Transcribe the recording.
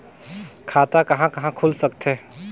खाता कहा कहा खुल सकथे?